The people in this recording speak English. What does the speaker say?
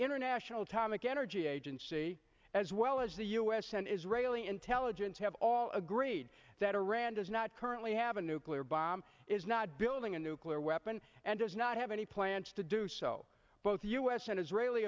international atomic energy agency as well as the u s and israeli intelligence have all agreed that iran does not currently have a nuclear bomb is not building a nuclear weapon and does not have any plans to do so both u s and israeli